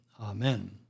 Amen